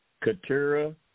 Katura